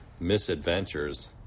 misadventures